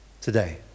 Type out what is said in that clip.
today